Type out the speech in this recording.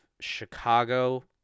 Chicago